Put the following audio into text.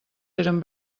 eren